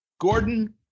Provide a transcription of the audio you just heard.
Gordon